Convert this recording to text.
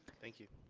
thank you.